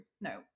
no